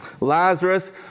Lazarus